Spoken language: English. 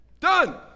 Done